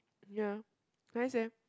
ya nice eh